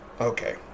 okay